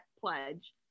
pledge